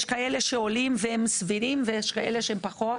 יש כאלה שעולים והם סבירים, ויש כאלה שפחות.